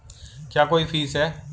क्या कोई फीस है?